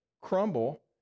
crumble